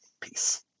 Peace